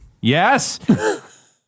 Yes